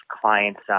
clients